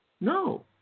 no